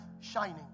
shining